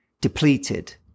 depleted